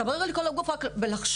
מצטמרר לי כל הגוף רק מלחשוב.